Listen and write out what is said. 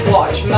Watch